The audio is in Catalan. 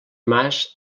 mas